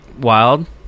wild